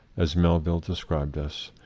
as melville de scribed us,